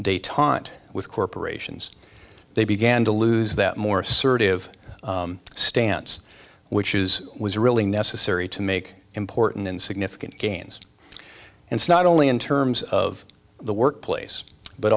detente with corporations they began to lose that more assertive stance which is was really necessary to make important and significant gains and not only in terms of the workplace but